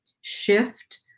shift